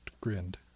grinned